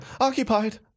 occupied